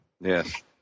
Yes